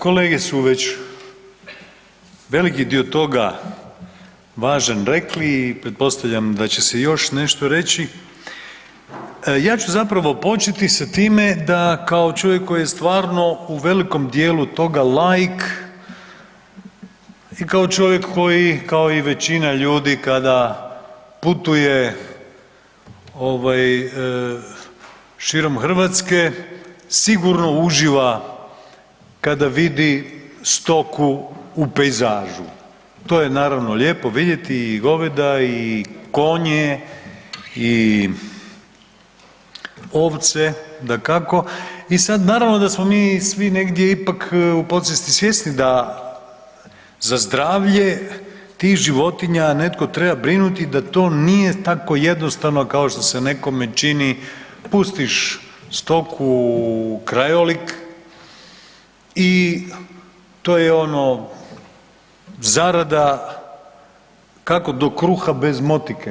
Kolege su već veliki dio toga važan, rekli i pretpostavljam da će se i još nešto reći, ja ću zapravo početi sa time da kao čovjek koji je stvarno u velikom djelu toga laik, i kao čovjek koji kao i većina ljudi kada putuje širom Hrvatske, sigurno uživa kada vidi stoku u pejzažu, to je naravno lijepo vidjeti, i goveda i konje i ovce, dakako i sad naravno da smo mi svi negdje ipak u podsvijesti svjesni da za zdravlje tih životinja netko treba brinuti, da to nije tako jednostavno kao što se nekome čini, pustiš stoku u krajolik i to je ono, zarada, kako do kruha bez motike.